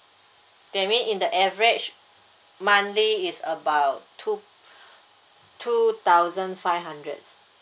that mean in the average monthly is about two two thousand five hundred